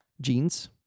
jeans